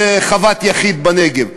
חוות יחיד בנגב?